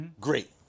great